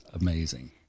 amazing